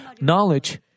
knowledge